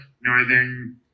Northern